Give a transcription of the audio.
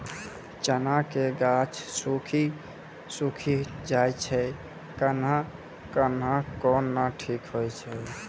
चना के गाछ सुखी सुखी जाए छै कहना को ना ठीक हो छै?